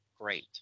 great